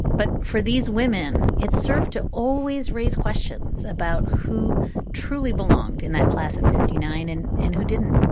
but for these women, it's served to always raise questions about who truly belonged in that class of fifty nine and and who didn't.